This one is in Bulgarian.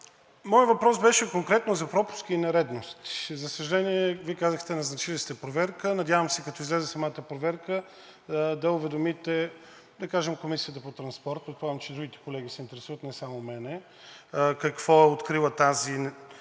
Моят въпрос беше конкретно за пропуски и нередности. За съжаление, Вие казахте, назначили сте проверка, надявам се, като излезе самата проверка да уведомите, да кажем, Комисията по транспорта. Предполагам, че и другите колеги се интересуват, не само аз, какво е открила тази